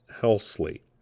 Helsley